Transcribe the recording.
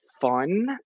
fun